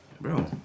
Bro